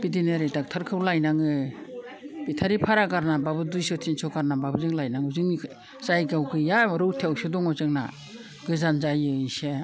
बिदिनो ओरै दक्थ'रखौ लाबोनाङो बेटारि भारा गारनानैबाबो दुइस' तिनस' गारनानैबाबो जों लायनांगौ जोंनि जायगायाव गैया रौथायावसो दङ जोंना गोजान जायो इसे